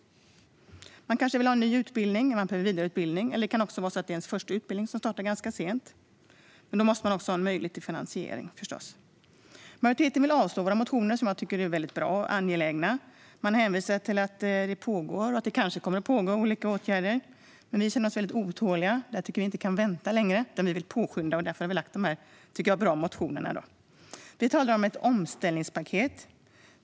Man kanske vill ha en ny utbildning eller en vidareutbildning. Det kan också vara så att ens första utbildning startar ganska sent. Men då måste man förstås ha en möjlighet till finansiering. Majoriteten avstyrker våra motioner, som jag tycker är väldigt bra och angelägna, med hänvisning till att det kanske kommer att vidtas olika åtgärder. Men vi känner oss väldigt otåliga. Vi tycker inte att det kan vänta längre, utan vi vill påskynda dessa viktiga förändringar. Därför har vi väckt de här, tycker jag, bra motionerna. Vi talar om ett omställningspaket.